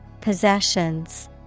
Possessions